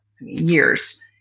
years